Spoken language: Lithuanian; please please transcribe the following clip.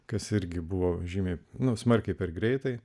kas irgi buvo žymiai nu smarkiai per greitai